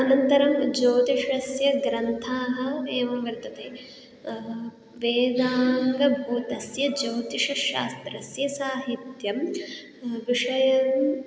अनन्तरं ज्योतिषस्य ग्रन्थाः एवं वर्तन्ते वेदाङ्गभूतस्य ज्योतिषशास्त्रस्य साहित्यं विषयम्